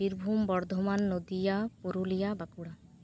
Birbhum Bardhaman Nadia Purulia Bankura